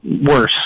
worse